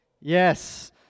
Yes